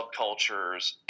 subcultures